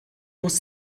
muss